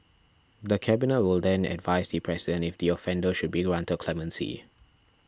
the Cabinet will then advise the President if the offender should be granted clemency